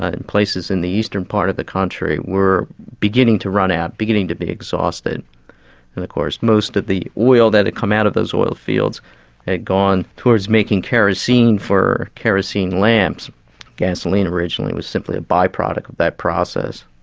ah in places in the eastern part of the country, were beginning to run out, beginning to be exhausted, and of course most of the oil that had come out of those oilfields had gone towards making kerosene for kerosene lamps gasoline originally was simply a by-product of that process.